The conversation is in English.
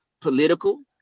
political